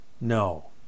no